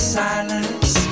silence